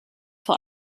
vor